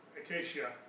acacia